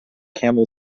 camel